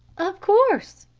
of course,